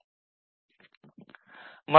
x z x y